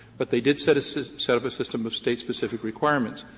but they did set set set up a system of state-specific requirements.